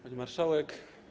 Pani Marszałek!